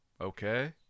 okay